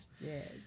Yes